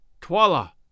Twala